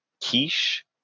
quiche